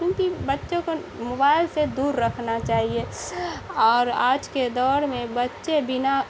کیونکہ بچوں کا موبائل سے دور رکھنا چاہیے اور آج کے دور میں بچے بنا